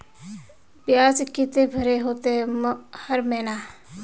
बियाज केते भरे होते हर महीना?